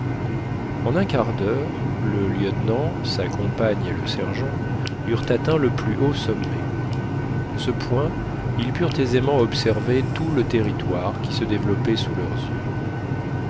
en un quart d'heure le lieutenant sa compagne et le sergent eurent atteint le plus haut sommet de ce point ils purent aisément observer tout le territoire qui se développait sous leurs yeux